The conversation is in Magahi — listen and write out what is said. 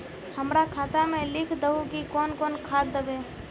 हमरा खाता में लिख दहु की कौन कौन खाद दबे?